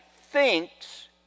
thinks